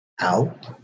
out